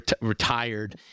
retired